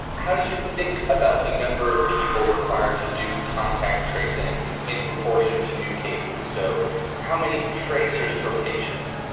how do you think about the number of people required to do contact tracing in proportion to new cases? so how many traister's per patient?